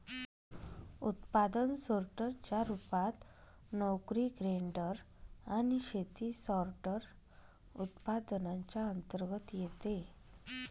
उत्पादन सोर्टर च्या रूपात, नोकरी ग्रेडर आणि शेती सॉर्टर, उत्पादनांच्या अंतर्गत येते